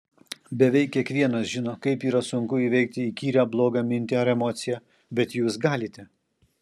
beveik kiekvienas žino kaip yra sunku įveikti įkyrią blogą mintį ar emociją bet jūs galite